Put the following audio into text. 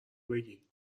بگی